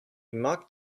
mocked